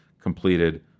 completed